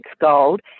Gold